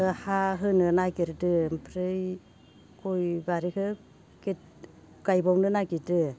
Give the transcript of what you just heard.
दा हा होनो नागेरदो ओमफ्राइ गय बारिखो गायबावनो नागेरदो